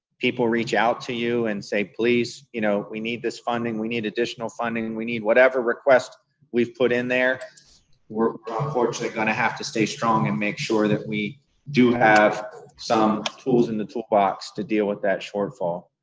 people reach out to you and say, please, you know, we need this funding, we need additional funding, we need whatever requests we've put in there we're ah unfortunately going to have to stay strong and make sure that we do have some tools in the toolbox to deal with that shortfall.